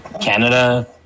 Canada